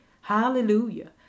Hallelujah